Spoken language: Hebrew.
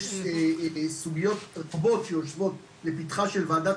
יש סוגיות טובות שיושבות לפתחה של וועדת